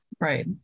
Right